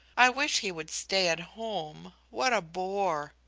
i wish he would stay at home. what a bore!